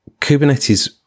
Kubernetes